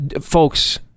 Folks